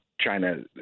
China